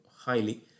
highly